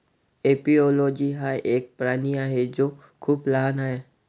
एपिओलोजी हा एक प्राणी आहे जो खूप लहान आहे